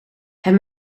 het